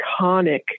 iconic